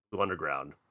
Underground